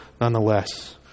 nonetheless